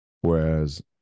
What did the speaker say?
whereas